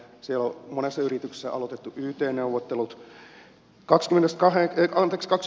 siellä on monessa yrityksessä aloitettu yt neuvottelut